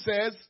says